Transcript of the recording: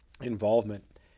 involvement